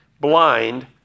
blind